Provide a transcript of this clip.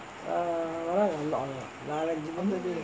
ah வராங்கே எல்லாம் நாலு அஞ்சு மணி:varaanggae ellam naalu anju mani